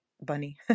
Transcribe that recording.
Bunny